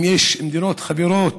אם יש מדינות חברות,